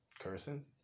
cursing